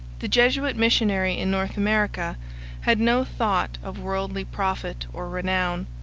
the jesuit missionary in north america had no thought of worldly profit or renown,